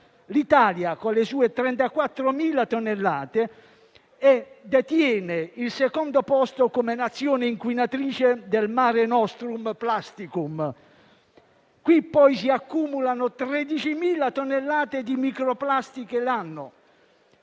L'Italia, con le sue 34.000 tonnellate, detiene il secondo posto come Nazione inquinatrice del *Mare Nostrum "*plasticum*"*. Qui poi si accumulano 13.000 tonnellate di microplastiche l'anno.